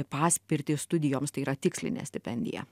paspirtį studijoms tai yra tikslinę stipendiją